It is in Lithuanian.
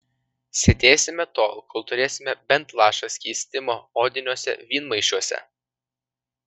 sėdėsime tol kol turėsime bent lašą skystimo odiniuose vynmaišiuose